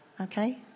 okay